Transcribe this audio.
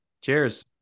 cheers